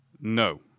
No